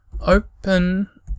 Open